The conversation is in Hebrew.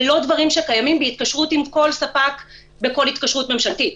זה לא דברים שקיימים בהתקשרות עם כל ספק בכל התקשרות ממשלתית,